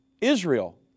Israel